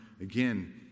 again